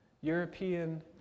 European